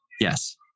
Yes